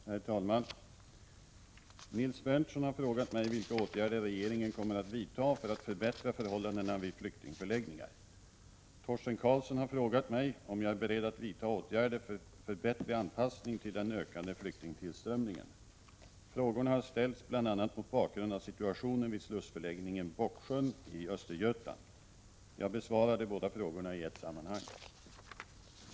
Herr talman! Nils Berndtson har frågat mig vilka åtgärder regeringen kommer att vidta för att förbättra förhållandena vid flyktingförläggningar. Torsten Karlsson har frågat mig om jag är beredd att vidtaga åtgärder för bättre anpassning till den ökande flyktingtillströmningen. Frågorna har ställts bl.a. mot bakgrund av situationen vid slussförläggningen Bocksjön i Östergötland. Jag besvarar de båda frågorna i ett sammanhang.